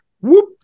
whoop